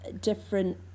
different